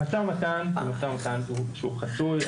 ֿ מדובר במשא ומתן שהוא חסוי.